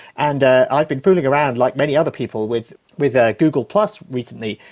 and i've been fooling around, like many other people, with with ah google-plus recently,